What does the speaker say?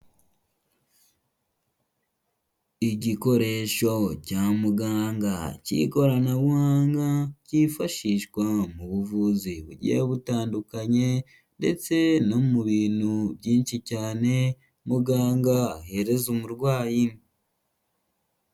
Igikoresho cya muganga cy'ikoranabuhanga cyifashishwa mu buvuzi bugiye butandukanye ndetse no mu bintu byinshi cyane muganga ahereza umurwayi.